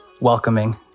welcoming